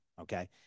Okay